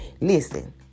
Listen